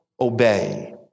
obey